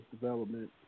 development